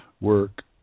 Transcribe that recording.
work